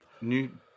New